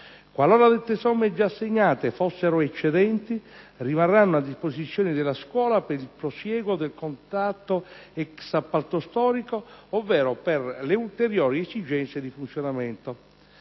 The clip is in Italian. Qualora dette somme già assegnate fossero eccedenti, rimarranno a disposizione della scuola per il prosieguo del contratto ex appalto storico, ovvero per le ulteriori esigenze di funzionamento.